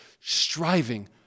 striving